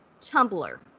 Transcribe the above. Tumblr